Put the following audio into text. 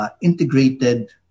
integrated